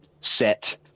set